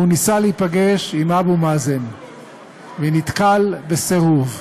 והוא ניסה להיפגש עם אבו מאזן ונתקל בסירוב.